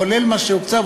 כולל מה שהוקצה,